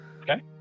Okay